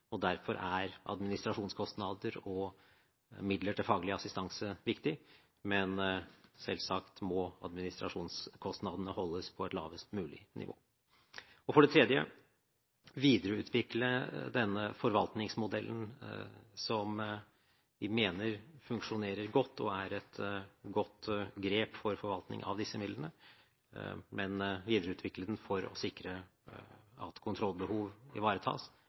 og derfor er administrasjonskostnader og midler til faglig assistanse viktig, men selvsagt må administrasjonskostnadene holdes på et lavest mulig nivå. For det tredje vil vi videreutvikle denne forvaltningsmodellen som vi mener fungerer godt og er et godt grep for forvaltningen av disse midlene, for å sikre at kontrollbehov ivaretas,